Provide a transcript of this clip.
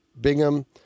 Bingham